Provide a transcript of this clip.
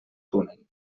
túnel